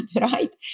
right